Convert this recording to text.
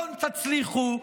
לא תצליחו.